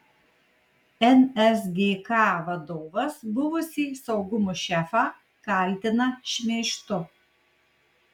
nsgk vadovas buvusį saugumo šefą kaltina šmeižtu